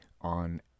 on